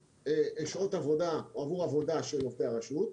שעות עבודה או עבור עבודה של עובדי הרשות.